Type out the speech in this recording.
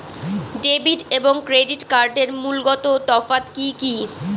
Debit এবং credit কার্ডের মূলগত তফাত কি কী?